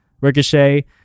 ricochet